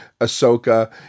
Ahsoka